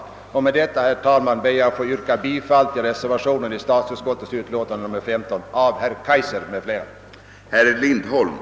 Med det anförda ber jag, herr talman, att få yrka bifall till den vid statsutskottets utlåtande nr 15 fogade reservationen av herr Kaijser m.fl.